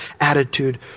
attitude